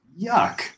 Yuck